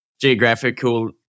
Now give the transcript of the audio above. geographical